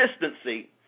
consistency